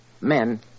Men